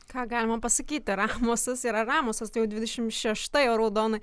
ką galima pasakyti ramusas yra ramusas tai jau dvidešimt šešta jo raudona